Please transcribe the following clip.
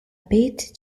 beat